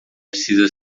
precisa